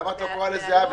למה את לא קוראת לזה עוול?